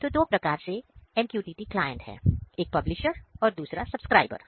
तो दो प्रकार के MQTT क्लाइंट है एक पब्लिशर और दूसरा सब्सक्राइबर